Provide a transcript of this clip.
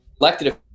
elected